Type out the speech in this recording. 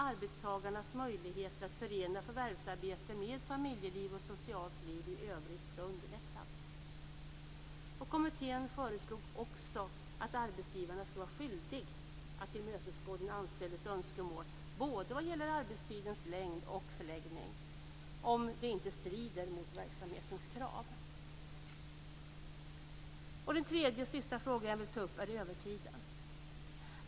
Arbetstagarnas möjligheter att förena förvärvsarbete med familjeliv och socialt liv i övrigt skall underlättas. Kommittén föreslog också att arbetsgivaren skall vara skyldig att tillmötesgå den anställdes önskemål både vad gäller arbetstidens längd och förläggning om det inte strider mot verksamhetens krav. Den sista frågan jag vill ta upp är övertiden.